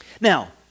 Now